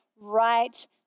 right